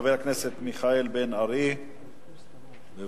חבר הכנסת מיכאל בן-ארי, בבקשה.